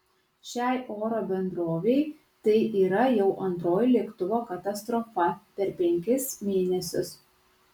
šiai oro bendrovei tai yra jau antroji lėktuvo katastrofa per penkis mėnesius